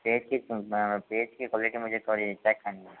page की page की quality मुझे थोड़ी चेक करनी है